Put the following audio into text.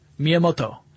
Miyamoto